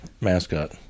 mascot